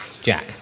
Jack